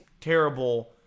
terrible